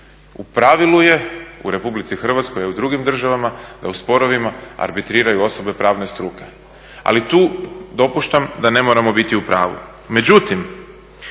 U pravilu je u Republici Hrvatskoj a i u drugim državama da u sporovima arbitriraju osobe pravne struke. Ali tu dopuštam da ne moramo biti u pravu.